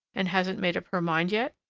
and hasn't made up her mind yet?